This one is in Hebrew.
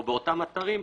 או באותם אתרים,